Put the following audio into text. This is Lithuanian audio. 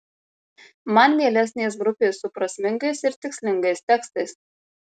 man mielesnės grupės su prasmingais ir tikslingais tekstais